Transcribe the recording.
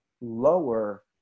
lower